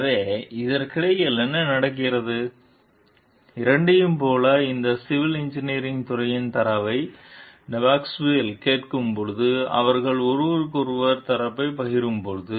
எனவே இதற்கிடையில் என்ன நடக்கிறது இரண்டையும் போலவே இந்த சிவில் இன்ஜினியரிங் துறையின் தரவை டெபாஸ்குவேல் கேட்கும்போது அவர்கள் ஒருவருக்கொருவர் தரவைப் பகிரும்போது